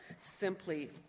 simply